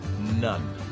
None